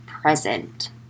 present